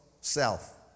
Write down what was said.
self